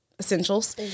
essentials